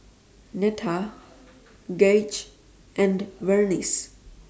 Netta Gaige and Vernice